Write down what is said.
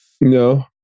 No